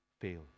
fail